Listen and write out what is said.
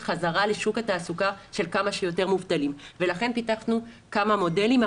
חזרה לשוק התעסוקה של כמה שיותר מובטלים ולכן פיתחנו כמה מודלים.